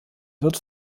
wird